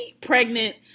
pregnant